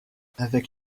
avec